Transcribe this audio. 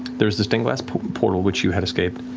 there's the stained glass portal, which you had escaped.